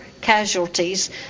casualties